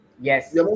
yes